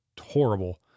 horrible